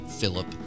Philip